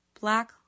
Black